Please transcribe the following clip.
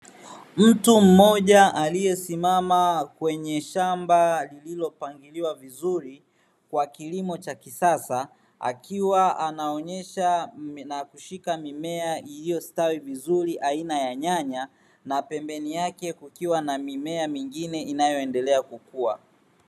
Mtu mmoja aliyesimama kwenye shamba lililopangiliwa vizuri kwa kilimo cha kisasa, akiwa anaonyesha na kushika mimea iliyostawi vizuri aina ya nyanya na pembeni yake kukiwa na mimea mingine inayoendelea kukua.